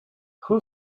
who